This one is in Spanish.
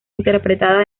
interpretada